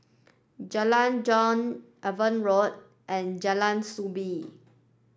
Jalan Jong Avon Road and Jalan Soo Bee